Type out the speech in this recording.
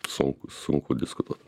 sunku sunku diskutuot